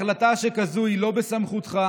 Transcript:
החלטה שכזאת היא לא בסמכותך.